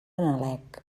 nalec